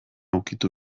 ukitu